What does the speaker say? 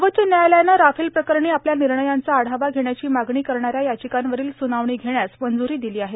सर्वोच्च न्यायालयानं राफेल प्रकरणी आपल्या निर्णयांचा आढावा घेण्याची मागणी करणाऱ्या याचिकांवरील सुनावणी घेण्यास मंजूरी दिली आहे